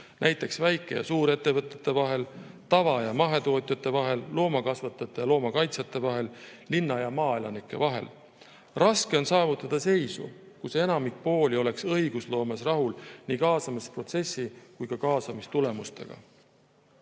näiteks väike‑ ja suurettevõtete vahel, tava‑ ja mahetootjate vahel, loomakasvatajate ja loomakaitsjate vahel, linna‑ ja maaelanike vahel. Raske on saavutada seisu, kus enamik pooli oleks õigusloomes rahul nii kaasamisprotsessi kui ka kaasamise tulemustega. Riigi